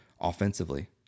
offensively